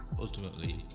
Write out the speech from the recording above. ultimately